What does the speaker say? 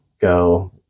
go